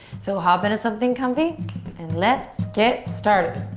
so, hop into something comfy and let's get started.